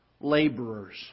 Laborers